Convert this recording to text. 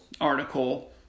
article